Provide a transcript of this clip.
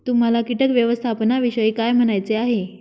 तुम्हाला किटक व्यवस्थापनाविषयी काय म्हणायचे आहे?